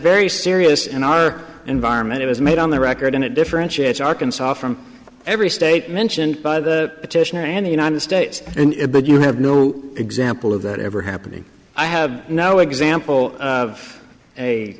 very serious and our environment it was made on the record and it differentiates arkansas from every state mentioned by the petitioner and the united states and it but you have no example of that ever happening i have no example of a